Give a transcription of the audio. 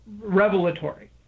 revelatory